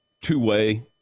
two-way